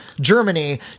Germany